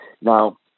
Now